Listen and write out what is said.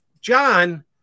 John